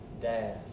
dad